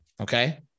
Okay